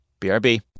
BRB